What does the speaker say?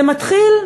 זה מתחיל,